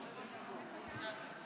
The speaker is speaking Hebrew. שנייה אחת, הפתעת